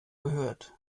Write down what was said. gehört